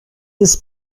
des